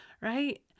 Right